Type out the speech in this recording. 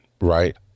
right